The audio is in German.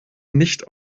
nicht